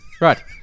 Right